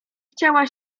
chciała